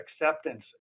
acceptance